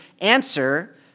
answer